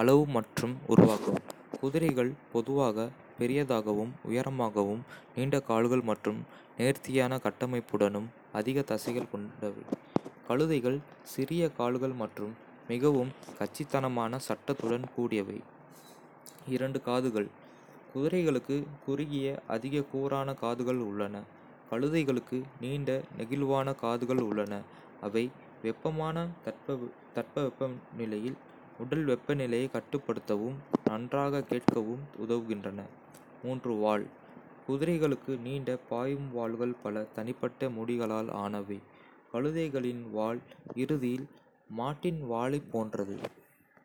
அளவு மற்றும் உருவாக்கம் குதிரைகள் பொதுவாக பெரியதாகவும், உயரமாகவும், நீண்ட கால்கள் மற்றும் நேர்த்தியான கட்டமைப்புடனும் அதிக தசைகள் கொண்டவை. கழுதைகள் சிறிய கால்கள் மற்றும் மிகவும் கச்சிதமான சட்டத்துடன் கூடியவை. காதுகள். குதிரைகளுக்கு குறுகிய, அதிக கூரான காதுகள் உள்ளன. கழுதைகளுக்கு நீண்ட, நெகிழ்வான காதுகள் உள்ளன, அவை வெப்பமான தட்பவெப்பநிலையில் உடல் வெப்பநிலையைக் கட்டுப்படுத்தவும், நன்றாகக் கேட்கவும் உதவுகின்றன. வால். குதிரைகளுக்கு நீண்ட, பாயும் வால்கள் பல தனிப்பட்ட முடிகளால் ஆனவை. கழுதைகளின் வால் இறுதியில் மாட்டின் வாலைப் போன்றது.